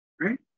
right